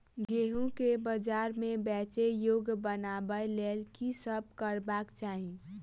गेंहूँ केँ बजार मे बेचै योग्य बनाबय लेल की सब करबाक चाहि?